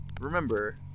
remember